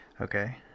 Okay